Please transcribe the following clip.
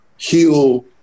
heal